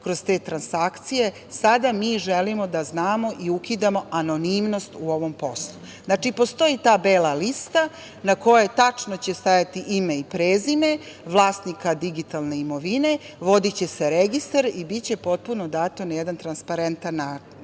kroz te transakcije. Sada mi želimo da znamo i ukidamo anonimnost u ovom poslu. Znači, postoji ta bela lista na kojoj će tačno stajati ime i prezime vlasnika digitalne imovine, vodiće se registar i biće potpuno dat na jedan transparentan način.